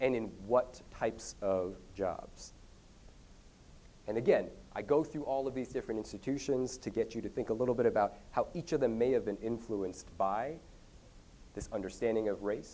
and in what types of jobs and again i go through all of these different institutions to get you to think a little bit about how each of them may have been influenced by this understanding of race